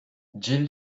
jill